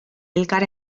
elkar